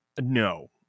No